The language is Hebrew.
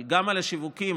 אבל גם על השיווקים.